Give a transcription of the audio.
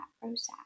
process